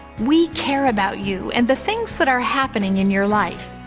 we care about you and the things that are happening in your life.